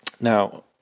Now